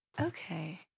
Okay